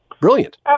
Brilliant